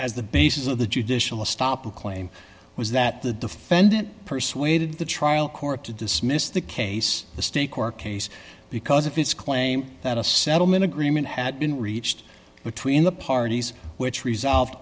as the basis of the judicial a stop the claim was that the defendant persuaded the trial court to dismiss the case the state court case because of his claim that a settlement agreement had been reached between the parties which resolved